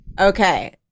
okay